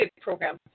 program